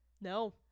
No